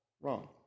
wrong